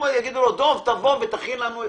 ויגידו לו: דב, תבוא ותכין לנו.